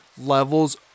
levels